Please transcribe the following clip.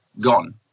gone